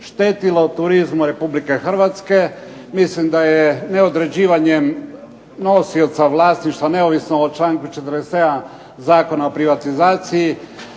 štetilo turizmu RH. Mislim da je neodređivanjem nosioca vlasništva neovisno o čl. 47. Zakona o privatizaciji